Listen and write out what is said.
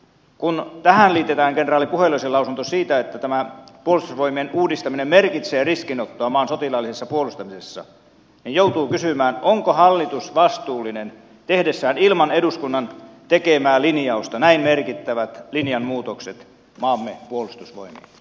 kun tähän liitetään kenraali puheloisen lausunto siitä että tämä puolustusvoimien uudistaminen merkitsee riskinottoa maan sotilaallisessa puolustamisessa niin joutuu kysymään onko hallitus vastuullinen tehdessään ilman eduskunnan tekemää linjausta näin merkittävät linjanmuutokset maamme puolustusvoimiin